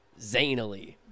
zanily